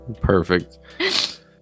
Perfect